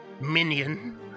Minion